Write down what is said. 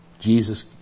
Jesus